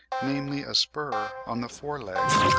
namely a spur on the foreleg,